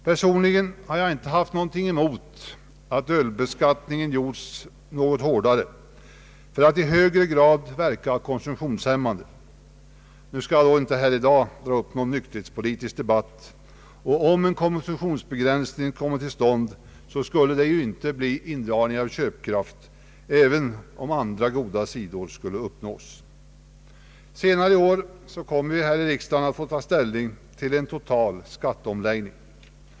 Personligen hade jag inte haft någonting emot att ölbeskattningen gjorts något hårdare för att i högre grad verka konsumtionshämmande. Jag skall emellertid inte här i dag dra upp någon nykterhetspolitisk debatt. Om en konsumtionsbegränsning kommer till stånd skulle det inte bli någon indragning av köpkraft, även om andra goda sidor skulle uppnås. Senare i år kommer vi här i riksda gen att få ta ställning till en total skat teomläggning.